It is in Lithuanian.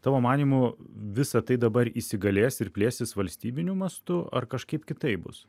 tavo manymu visa tai dabar įsigalės ir plėsis valstybiniu mastu ar kažkaip kitaip bus